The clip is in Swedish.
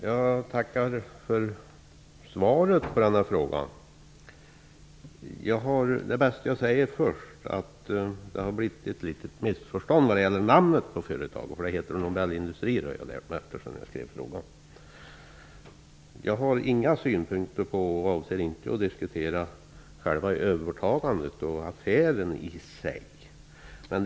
Herr talman! Jag tackar för svaret på frågan. Det är bäst att jag först säger att jag hade miss uppfattat namnet på företaget. Det heter Nobel Jag har inga synpunkter på själva övertagandet och affären i sig och avser inte att diskutera det.